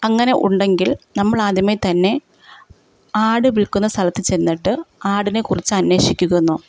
അങ്ങനെ ഉണ്ടെങ്കിൽ നമ്മൾ ആദ്യമേ തന്നെ ആട് വിൽക്കുന്ന സ്ഥലത്തു ചെന്നിട്ട് ആടിനെ കുറിച്ച് അന്വേഷിക്കുന്നു